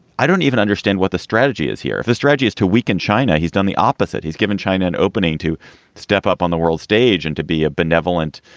i don't even understand what the strategy is here if the strategy is to weaken china. he's done the opposite. he's given china an opening to step up on the world stage and to be a benevolent,